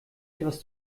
etwas